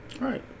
Right